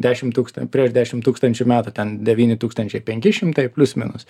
dešim tūksta prieš dešim tūkstančių metų ten devyni tūkstančiai penki šimtai plius minus